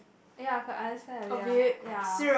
ya I could understand ya ya